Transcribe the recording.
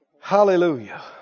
Hallelujah